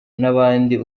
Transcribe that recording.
n’abandi